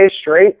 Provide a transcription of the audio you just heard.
straight